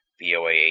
BOA